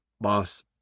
boss